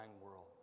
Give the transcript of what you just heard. world